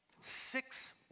Six